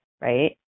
right